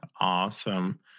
Awesome